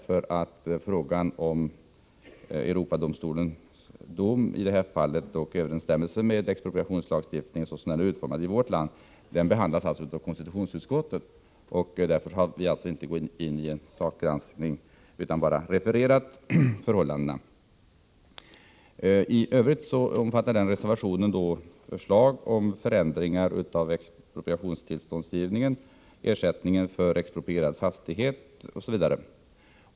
Frågan om Europadomstolens dom i det här fallet och överensstämmelsen med expropriationslagstiftningen, såsom den är utformad i vårt land, behandlas av konstitutionsutskottet. Därför har vi inte gått in i en sakgranskning utan bara redogjort för förhållandena. I övrigt omfattar reservation 1 förslag om förändringar av expropriationstillståndsgivningen, ersättningsregler för exproprierade fastigheter osv.